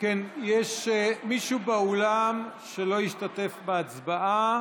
אם כן, יש מישהו באולם שלא השתתף בהצבעה